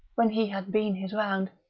when he had been his round,